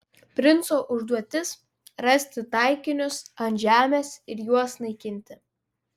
princo užduotis rasti taikinius ant žemės ir juos naikinti